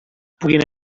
puguin